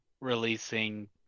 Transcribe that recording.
releasing